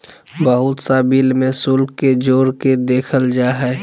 बहुत सा बिल में शुल्क के जोड़ के देखल जा हइ